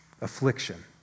affliction